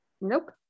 nope